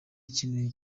ikintu